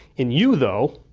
in you though,